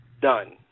Done